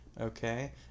okay